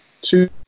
two